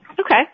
Okay